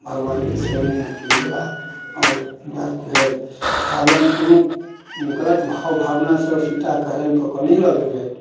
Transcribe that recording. भगवानके शरणमे चलि गेला आओर बात भेल रावण कोनो गलत भाव भावनासँ सीताके हरण कऽ कऽ नहि लऽ गेल रहथि